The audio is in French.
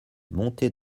montée